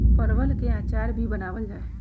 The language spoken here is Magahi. परवल के अचार भी बनावल जाहई